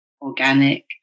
organic